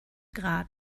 grad